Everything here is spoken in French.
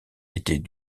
était